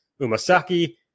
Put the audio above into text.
Umasaki